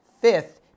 fifth